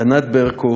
ענת ברקו,